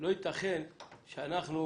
לא יתכן שאנחנו